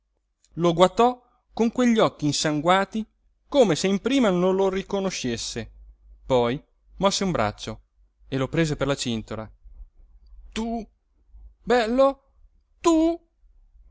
lo guatò con quegli occhi insanguati come se in prima non lo riconoscesse poi mosse un braccio e lo prese per la cintola tu bello tu